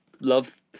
love